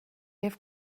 have